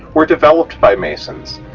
were developed by masons,